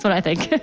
but i think